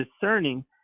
discerning